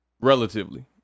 Relatively